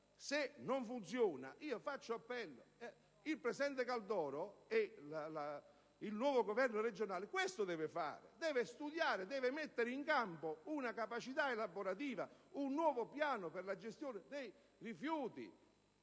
con quella legge. Il presidente Caldoro, il nuovo governo regionale questo deve fare: deve studiare, deve mettere in campo una capacità elaborativa, un nuovo piano per la gestione dei rifiuti.